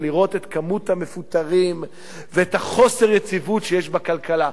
ולראות את כמות המפוטרים ואת חוסר היציבות שיש בכלכלה.